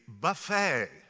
buffet